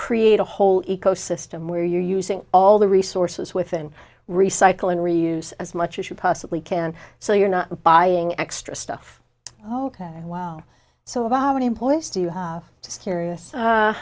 create a whole ecosystem where you're using all the resources within recycle and reuse as much as you possibly can so you're not buying extra stuff while so about how many employees do you have serious